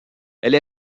elle